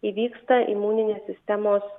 įvyksta imuninės sistemos